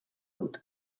dut